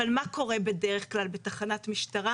אבל מה קורה בדרך כלל בתחנת משטרה,